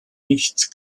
nichts